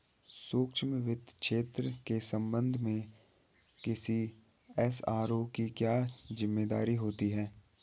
सूक्ष्म वित्त क्षेत्र के संबंध में किसी एस.आर.ओ की क्या जिम्मेदारी होती है?